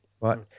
right